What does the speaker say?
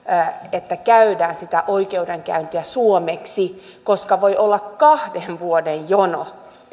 että käydään sitä oikeudenkäyntiä suomeksi koska voi olla kahden vuoden jono